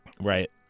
right